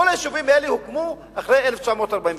כל היישובים האלה הוקמו אחרי 1948,